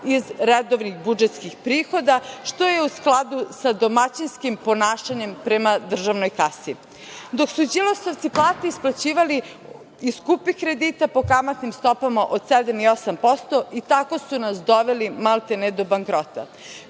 iz redovnih budžetskih prihoda, što je u skladu sa domaćinskim ponašanjem prema državnoj kasi, dok su „đilasovci“ plate isplaćivali iz skupih kredita po kamatnim stopama od 7 i 8% i tako su nas doveli malte ne do bankrota. To